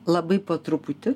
labai po truputį